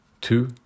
Two